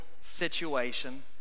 situation